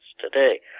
today